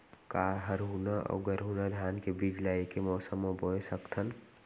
का हरहुना अऊ गरहुना धान के बीज ला ऐके मौसम मा बोए सकथन?